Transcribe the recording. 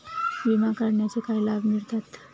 विमा काढण्याचे काय लाभ मिळतात?